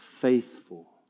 faithful